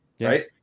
right